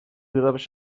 جورابش